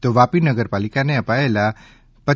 તો વાપી નગરપાલિકા ને અપાયેલા રૂ